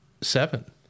seven